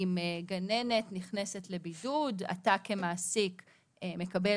אם גננת נכנסת לבידוד אז המעסיק שלה מקבל